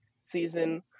season